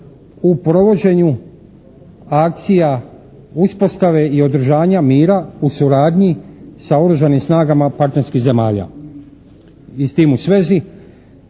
u provođenju akcija uspostave i održanja mira u suradnji sa oružanim snagama partnerskih zemalja.